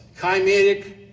chimeric